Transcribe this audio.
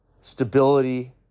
stability